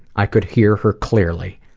i could hear her clearly.